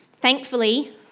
Thankfully